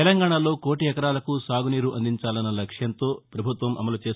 తెలంగాణలో కోటి ఎకరాలకు సాగునీరు అందించాలన్న లక్ష్యంతో పభుత్వం అమలు తి